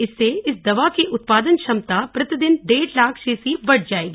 इससे इस दवा की उत्पादन क्षमता प्रतिदिन डेढ लाख शीशी बढ जाएगी